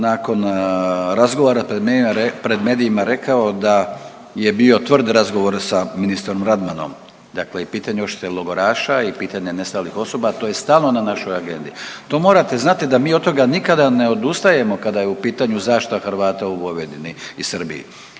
nakon razgovora pred medijima rekao da je bio tvrd razgovor sa ministrom Radmanom, dakle i pitanje odštete logoraša i pitanje nestalih osoba, to je stalno na našoj agendi. To morate znati da mi od toga nikada ne odustajemo kada je u pitanju zaštita Hrvata u Vojvodini i Srbiji.